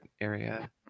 area